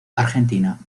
argentina